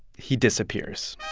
he disappears